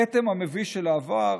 הכתם המביש של העבר,